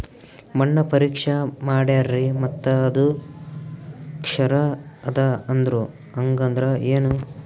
ಮಣ್ಣ ಪರೀಕ್ಷಾ ಮಾಡ್ಯಾರ್ರಿ ಮತ್ತ ಅದು ಕ್ಷಾರ ಅದ ಅಂದ್ರು, ಹಂಗದ್ರ ಏನು?